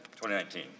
2019